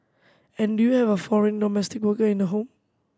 and do you have a foreign domestic worker in the home